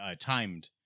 timed